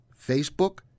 Facebook